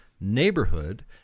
Neighborhood